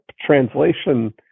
translation